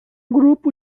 grupo